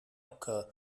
occur